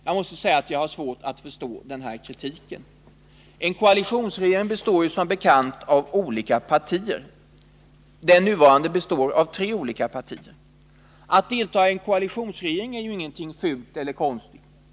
Jag måste säga att jag har svårt att förstå kritiken. En koalitionsregering består som bekant av olika partier. Den nuvarande regeringen består av tre olika partier. Att delta i en koalitionsregering är ingenting fult eller konstigt.